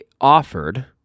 offered